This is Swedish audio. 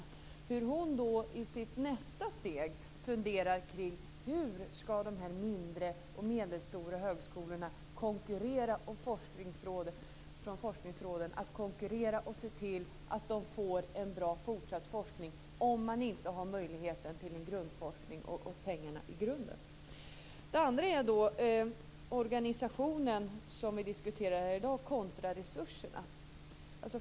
Jag undrar hur hon då i sitt nästa steg funderar kring hur de här mindre och medelstora högskolorna ska konkurrera när det gäller forskningråden och se till att de får en bra fortsatt forskning, om de inte har möjligheten till en grundforskning och pengarna i grunden. Det andra är organisationen som vi diskuterar här i dag kontra resurserna.